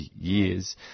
years